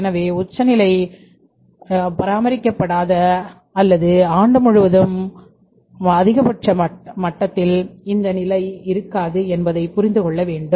எனவே உச்சநிலை பராமரிக்கப்படாத அல்லது ஆண்டு முழுவதும் உச்ச மட்டத்தில் இந்த நிலை இருக்காது என்பதை புரிந்து கொள்ள வேண்டும்